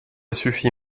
suffit